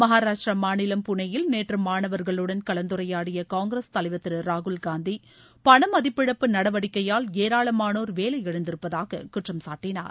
மகாராஷ்டிர மாநிலம் புனேயில் நேற்று மாணவர்களுடன் கலந்துரையாடிய காங்கிரஸ் தலைவர் திரு ராகுல்காந்தி பணமதிப்பிழப்பு நடவடிக்கையால் ஏராளமானோர் வேலையிழந்திருப்பதாக குற்றம் சாட்டினார்